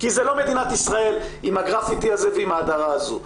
זאת לא מדינת ישראל עם הגרפיטי הזה ועם ההדרה הזו.